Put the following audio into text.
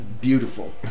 Beautiful